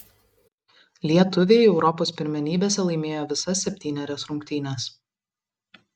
lietuviai europos pirmenybėse laimėjo visas septynerias rungtynes